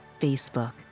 Facebook